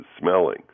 smelling